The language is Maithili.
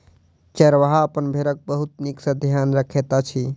चरवाहा अपन भेड़क बहुत नीक सॅ ध्यान रखैत अछि